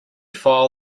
file